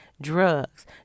drugs